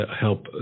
help